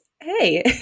hey